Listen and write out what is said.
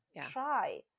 try